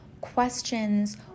questions